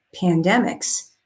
pandemics